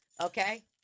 okay